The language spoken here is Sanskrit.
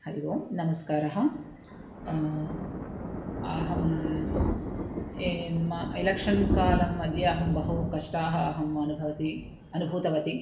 हरिः ओम् नमस्कारः अहं ये म एलेक्शन् कालमध्ये अहं बहु कष्टाः अहम् अनुभूतवती अनुभूतवती